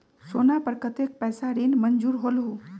सोना पर कतेक पैसा ऋण मंजूर होलहु?